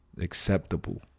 acceptable